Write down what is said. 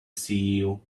ceo